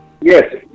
yes